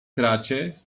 kracie